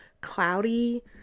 cloudy